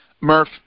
Murph